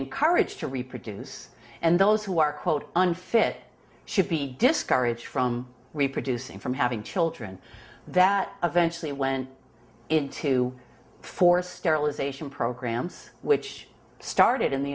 encouraged to reproduce and those who are quote unfit should be discouraged from reproducing from having children that eventually went into forced sterilization programs which started in the